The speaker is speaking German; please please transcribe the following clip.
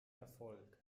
erfolg